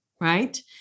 right